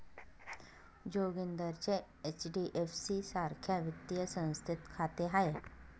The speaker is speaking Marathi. जोगिंदरचे एच.डी.एफ.सी सारख्या वित्तीय संस्थेत खाते आहे